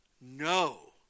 No